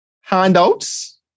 handouts